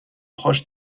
proche